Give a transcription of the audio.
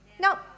No